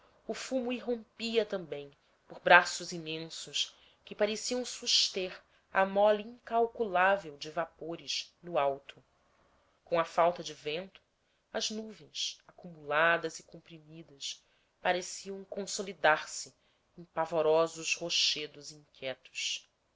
o fumo irrompia também por braços imensos que pareciam suster a mole incalculável de vapores no alto com a falta de vento as nuvens acumuladas e comprimidas pareciam consolidar se em vaporosos rochedos inquietos